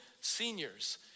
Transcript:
seniors